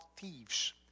thieves